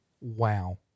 Wow